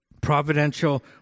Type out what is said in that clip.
providential